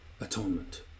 atonement